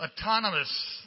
autonomous